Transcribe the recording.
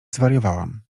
zwariowałam